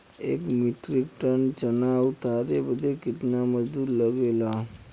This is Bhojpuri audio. एक मीट्रिक टन चना उतारे बदे कितना मजदूरी लगे ला?